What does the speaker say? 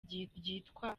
ryitwa